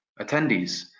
attendees